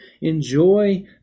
enjoy